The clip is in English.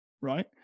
right